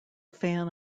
fan